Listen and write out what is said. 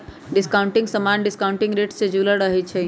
discounting समान्य discounting rate से जुरल रहै छइ